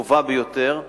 הטובה ביותר.